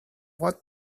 what